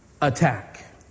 attack